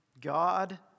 God